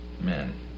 men